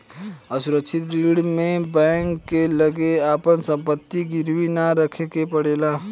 असुरक्षित ऋण में बैंक के लगे आपन संपत्ति गिरवी ना रखे के पड़ेला